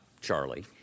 Charlie